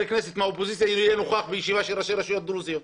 כנסת מהאופוזיציה יהיה נוכח בישיבה של ראשי רשויות דרוזיות.